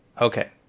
Okay